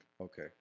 Okay